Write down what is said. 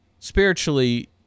Spiritually